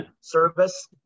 service